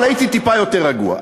אבל הייתי טיפה יותר רגוע,